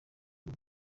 rwo